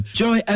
joy